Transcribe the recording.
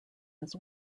his